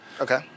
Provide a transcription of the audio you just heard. Okay